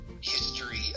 history